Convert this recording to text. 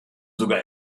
sogar